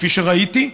כפי שראיתי,